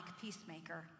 peacemaker